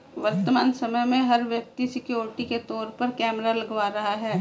वर्तमान समय में, हर व्यक्ति सिक्योरिटी के तौर पर कैमरा लगवा रहा है